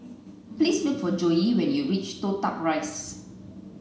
please look for Joye when you reach Toh Tuck Rise